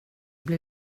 blir